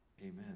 Amen